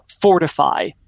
fortify